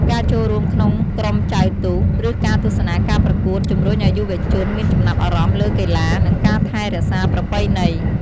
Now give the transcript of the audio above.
ការចូលរួមក្នុងក្រុមចែវទូក ឬការទស្សនាការប្រកួត ជំរុញឱ្យយុវជនមានចំណាប់អារម្មណ៍លើកីឡា និងការថែរក្សាប្រពៃណី។